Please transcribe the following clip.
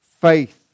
faith